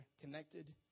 connected